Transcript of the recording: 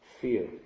fear